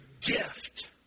gift